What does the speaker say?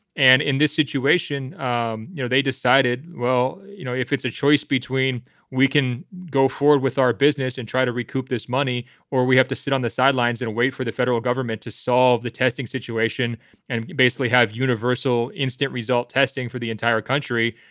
and in this situation, um you know, they decided, well, you know, if it's a choice between we can go forward with our business and try to recoup this money or we have to sit on the sidelines and wait for the federal government to solve the testing situation and basically have universal instant result testing for the entire country.